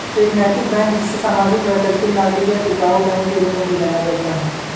एक नैतिक बैंक जिसे सामाजिक वैकल्पिक नागरिक या टिकाऊ बैंक के रूप में भी जाना जाता है